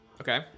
Okay